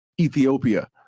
Ethiopia